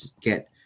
get